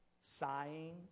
sighing